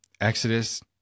Exodus